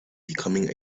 becoming